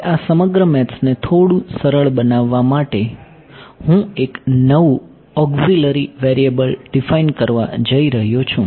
હવે આ સમગ્ર મેથ્સને થોડું સરળ બનાવવા માટે હું એક નવું ઓક્ઝીલરી વેરીએબલ ડીફાઇન કરવા જઈ રહ્યો છું